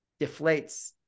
deflates